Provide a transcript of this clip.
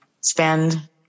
spend